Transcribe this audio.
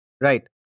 Right